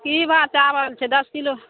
की भाब चाबल छै दश किलो